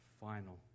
final